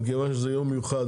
מכיוון שזה יום מיוחד,